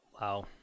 Wow